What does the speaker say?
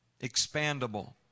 expandable